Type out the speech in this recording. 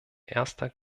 erster